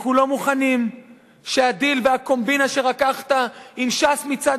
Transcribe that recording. אנחנו לא מוכנים שהדיל והקומבינה שרקחת עם ש"ס מצד